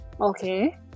Okay